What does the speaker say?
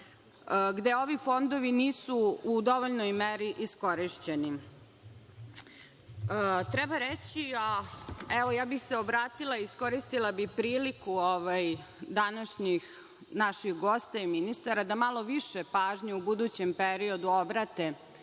gde ovi fondovi nisu u dovoljnoj meri iskorišćeni. Treba reći, a evo ja bih se obratila i iskoristila bih priliku današnjih naših gostiju i ministara, da malo više pažnje u budućem periodu obrate i na